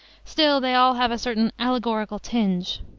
still they all have a certain allegorical tinge.